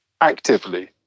actively